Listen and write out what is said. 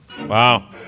Wow